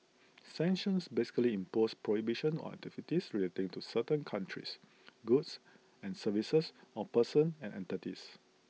sanctions basically impose prohibitions on activities relating to certain countries goods and services or persons and entities